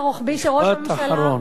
הקיצוץ הרוחבי שראש הממשלה, משפט אחרון.